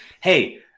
hey